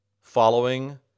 following